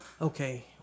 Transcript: Okay